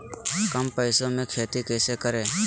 कम पैसों में खेती कैसे करें?